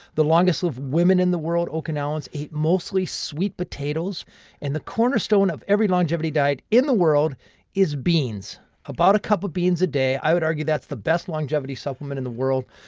the longest-lived women in the world, okinawans, ate mostly sweet potatoes and the cornerstone of every longevity diet in the world is beans about one cup of beans a day. i would argue that's the best longevity supplement in the world.